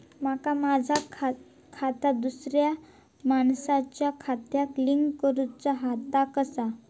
माका माझा खाता दुसऱ्या मानसाच्या खात्याक लिंक करूचा हा ता कसा?